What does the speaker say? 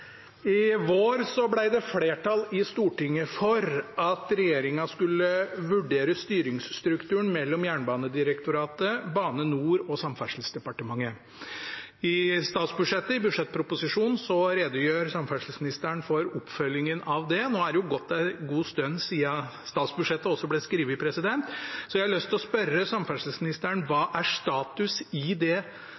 I vår ble det flertall i Stortinget for at regjeringa skulle vurdere styringsstrukturen mellom Jernbanedirektoratet, Bane NOR og Samferdselsdepartementet. I budsjettproposisjonen redegjør samferdselsministeren for oppfølgingen av det. Nå har det gått en god stund siden statsbudsjettet ble skrevet, så jeg har lyst å spørre samferdselsministeren om hva